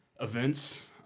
events